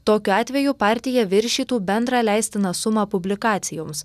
tokiu atveju partija viršytų bendrą leistiną sumą publikacijoms